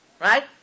Right